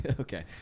Okay